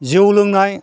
जौ लोंनाय